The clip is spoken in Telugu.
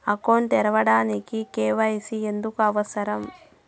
అకౌంట్ తెరవడానికి, కే.వై.సి ఎందుకు అవసరం?